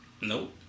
Nope